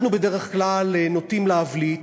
אנחנו בדרך כלל נוטים להבליט,